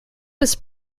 was